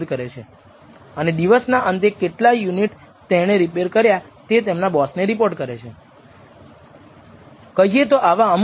5 ટકા ક્રિટિકલ મૂલ્ય 12 degrees of freedom સાથેનું ઉચ્ચ ક્રિટિકલ મૂલ્ય